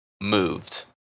moved